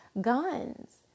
guns